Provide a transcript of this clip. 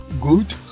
good